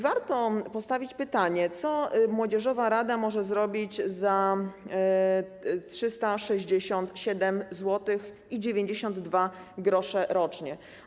Warto postawić pytanie, co młodzieżowa rada może zrobić za 367,92 zł rocznie.